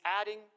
adding